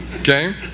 Okay